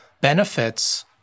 benefits